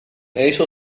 ezel